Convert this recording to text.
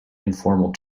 informal